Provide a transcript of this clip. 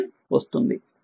iN వస్తుంది